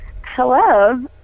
Hello